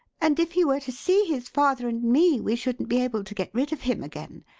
and if he were to see his father and me we shouldn't be able to get rid of him again.